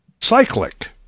cyclic